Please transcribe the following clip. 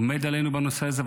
עומד עלינו בנושא הזה,